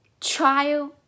trial